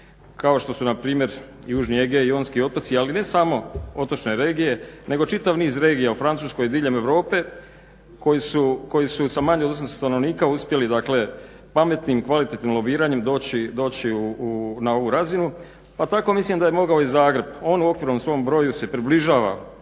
kao što su npr. Južni Egej, Ionski otoci, ali ne samo otočne regije nego čitav niz regija u Francuskoj diljem Europske koji su sa manje od 800 stanovnika uspjeli dakle pametnim kvalitetnim lobiranjem doći na ovu razinu pa tako mislim da je mogao i Zagreb. On okvirno svom broju se približivao